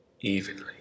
evenly